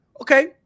Okay